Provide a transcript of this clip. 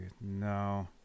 No